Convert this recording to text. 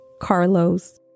Carlos